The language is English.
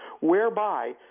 whereby